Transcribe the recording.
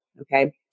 Okay